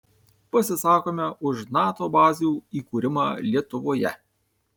pasisakome už nato bazių įkūrimą lietuvoje